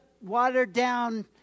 watered-down